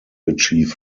achieve